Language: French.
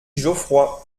geoffroy